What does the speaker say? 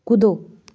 कूदो